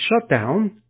shutdown